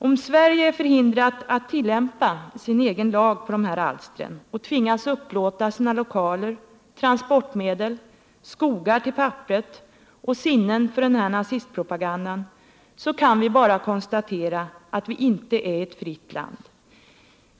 Om Sverige är förhindrat att tillämpa sin egen lag på de här alstren och tvingas upplåta sina lokaler, transportmedel, skogar och sinnen för den här nazistpropagandan, så kan vi bara konstatera att vi inte är ett fritt land.